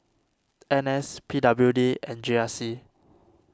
N S P W D and G R C